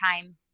time